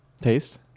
Taste